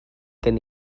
gen